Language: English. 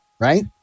right